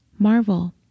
Marvel